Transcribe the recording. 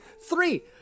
three